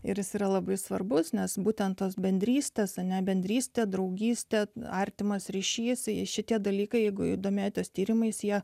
ir jis yra labai svarbus nes būtent tos bendrystės ane bendrystė draugystė artimas ryšys jei šitie dalykai jeigu jų domėtis tyrimais jie